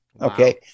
Okay